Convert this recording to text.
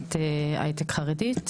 יזמת הייטק חרדית.